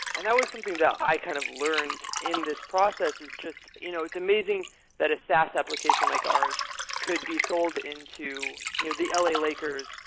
and that was something that i kind of learned in this process, is just you know it's amazing that a sas application like ours could be sold into the l a. lakers,